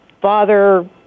father